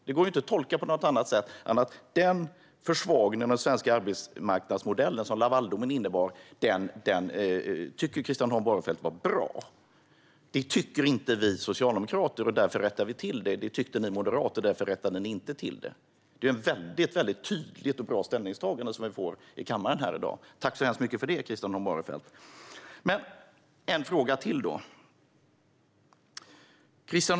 Det går inte att tolka på något annat sätt än att den försvagning av den svenska arbetsmarknadsmodellen som Lavaldomen innebar tycker Christian Holm Barenfeld var bra. Det tycker inte vi socialdemokrater. Därför rättar vi till det. Men det tyckte ni moderater, och därför rättade ni inte till det. Det är ett mycket tydligt och bra ställningstagande som vi får här i kammaren i dag. Tack så mycket för det, Christian Holm Barenfeld. Fru talman! Jag har ytterligare en fråga.